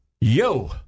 Yo